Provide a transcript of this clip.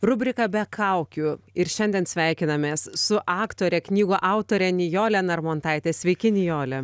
rubrika be kaukių ir šiandien sveikinamės su aktore knygų autore nijole narmontaite sveiki nijole